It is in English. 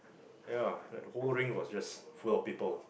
ya like that whole ring was just full of people